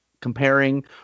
comparing